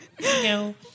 No